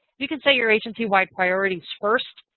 you can set your agency-wide priorities first.